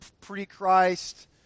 pre-christ